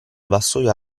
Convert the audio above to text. vassoio